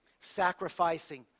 Sacrificing